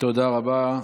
תודה רבה,